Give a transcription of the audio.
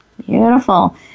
Beautiful